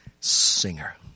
singer